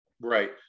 right